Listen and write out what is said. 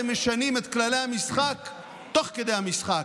איך אתם משנים את כללי המשחק תוך כדי המשחק.